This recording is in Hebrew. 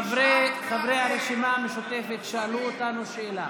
ווליד, חברי הרשימה המשותפת שאלו אותנו שאלה: